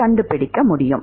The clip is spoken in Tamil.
கண்டுபிடிக்க முடியும்